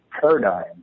paradigm